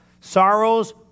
Sorrows